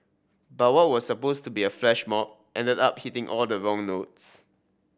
but what was supposed to be a flash mob ended up hitting all the wrong notes